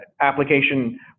application